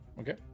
Okay